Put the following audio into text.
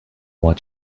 what